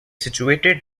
situated